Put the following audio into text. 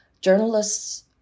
journalists